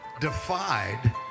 defied